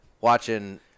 watching